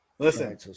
Listen